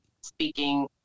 speaking